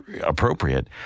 appropriate